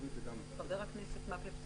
חבר הכנסת מקלב,